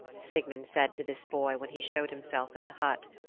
sigmund said to this boy when he showed himself at the hut.